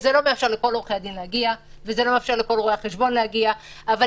לא